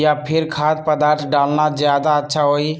या फिर खाद्य पदार्थ डालना ज्यादा अच्छा होई?